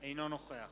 אינו נוכח